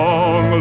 Long